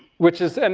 which is, and